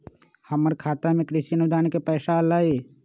हमर खाता में कृषि अनुदान के पैसा अलई?